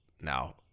now